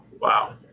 Wow